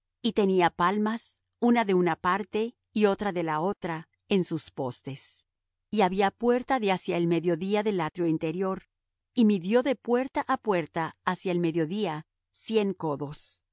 y tenía palmas una de una parte y otra de la otra en sus postes y había puerta de hacia el mediodía del atrio interior y midió de puerta á puerta hacia el mediodía cien codos